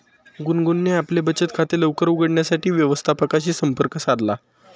गुनगुनने आपले बचत खाते लवकर उघडण्यासाठी व्यवस्थापकाशी संपर्क साधला